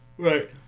Right